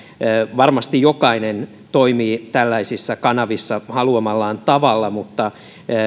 varmasti jokainen toimii tällaisissa kanavissa haluamallaan tavalla mutta